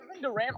Durant